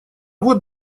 вот